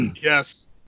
Yes